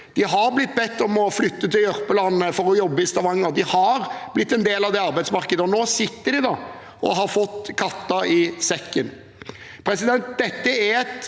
De har blitt bedt om å flytte til Jørpeland for å jobbe i Stavanger. De har blitt en del av det arbeidsmarkedet. Nå sitter de og har fått katta i sekken.